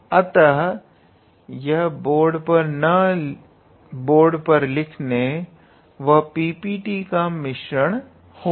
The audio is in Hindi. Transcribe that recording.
अतः यह बोर्ड पर लिखने व पी पी टी का मिश्रण होगा